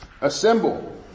Assemble